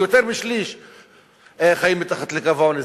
יותר משליש חיים מתחת לקו העוני.